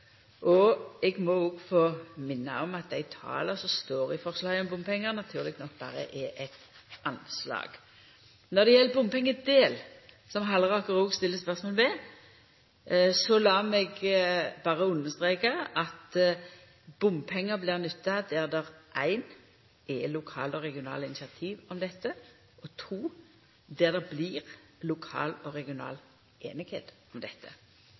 Eg må også få minna om at dei tala som står i forslaget om bompengar, naturleg nok berre er eit anslag. Når det gjeld bompengedel, som Halleraker også stiller spørsmål ved – lat meg berre understreka at bompengar blir nytta for det fyrste der det er lokale og regionale initiativ om dette, og for det andre der det blir lokal og regional semje om dette.